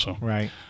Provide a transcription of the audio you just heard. Right